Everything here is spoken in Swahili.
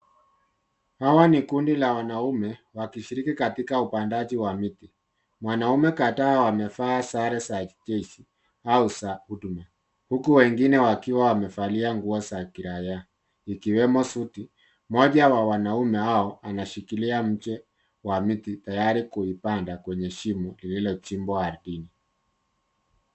Hawa ni kundi la wanume wakishiriki katika upandaji wa miti. Wanaume kadhaa wamevaa sare za kijeshi au za huduma huku wengine wakiwa wamevaa nguo za kiraiaa zikiwemo suti. Mmoja wa wanaume hao anashikilia mche wa miti tayari kuipanda kwenye shimo lililochimbwa ardhini.